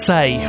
Say